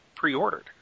pre-ordered